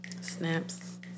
Snaps